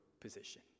position